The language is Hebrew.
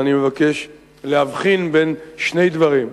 ואני מבקש להבחין בין שני דברים.